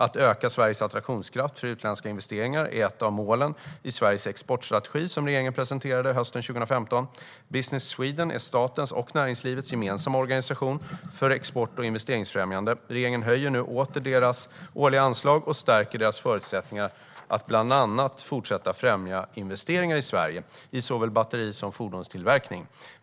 Att öka Sveriges attraktionskraft för utländska investeringar är ett av målen i Sveriges exportstrategi, som regeringen presenterade hösten 2015. Business Sweden är statens och näringslivets gemensamma organisation för export och investeringsfrämjande. Regeringen höjer nu åter deras årliga anslag och stärker deras förutsättningar att bland annat fortsätta främja investeringar i Sverige i såväl batteri som fordonstillverkning.